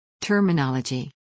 Terminology